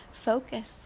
focus